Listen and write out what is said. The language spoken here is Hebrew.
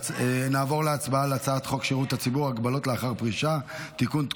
ההצעה להעביר את הצעת חוק שירות הציבור (הגבלות לאחר פרישה) (תיקון,